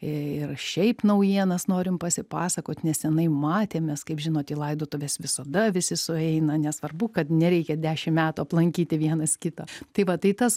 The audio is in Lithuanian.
ir šiaip naujienas norim pasipasakot nes senai matėmės kaip žinot į laidotuves visada visi sueina nesvarbu kad nereikia dešimt metų aplankyti vienas kitą tai va tai tas